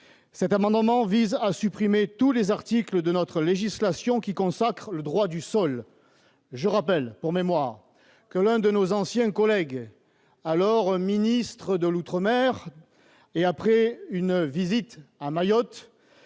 Cet amendement vise à supprimer tous les articles de notre législation qui consacrent le droit du sol. Je le rappelle pour mémoire, l'un de nos anciens collègues, alors ministre de l'outre-mer, avait déclaré